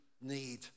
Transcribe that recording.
need